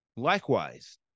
Likewise